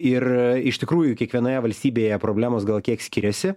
ir iš tikrųjų kiekvienoje valstybėje problemos gal kiek skiriasi